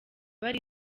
bari